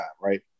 right